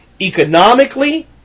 economically